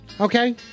Okay